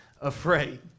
afraid